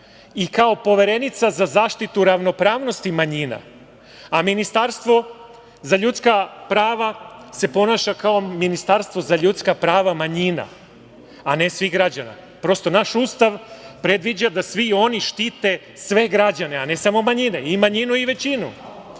i kao poverenica za zaštitu ravnopravnosti manjina, a Ministarstvo za ljudska prava se ponaša kao ministarstvo za ljudska prava manjina a ne svih građana. Prosto, naš Ustav predviđa da svi oni štite sve građane, a ne samo manjine, i manjinu i većinu.